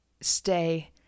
stay